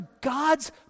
God's